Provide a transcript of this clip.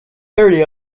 area